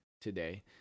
today